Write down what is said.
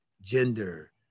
gender